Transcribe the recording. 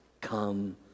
come